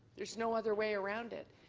there's no other way around it.